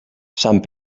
sant